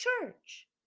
church